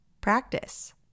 practice